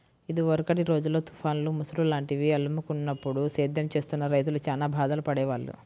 ఇదివరకటి రోజుల్లో తుఫాన్లు, ముసురు లాంటివి అలుముకున్నప్పుడు సేద్యం చేస్తున్న రైతులు చానా బాధలు పడేవాళ్ళు